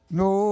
no